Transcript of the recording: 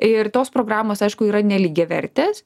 ir tos programos aišku yra nelygiavertės